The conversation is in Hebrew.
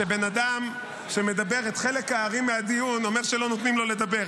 שבן אדם שמדבר את חלק הארי מהדיון אומר שלא נותנים לו לדבר.